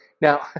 Now